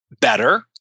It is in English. better